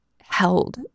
held